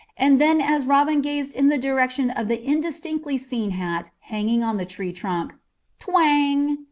and then as robin gazed in the direction of the indistinctly seen hat hanging on the tree-trunk twang!